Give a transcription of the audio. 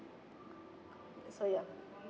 so ya